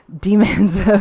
demons